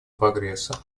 прогресса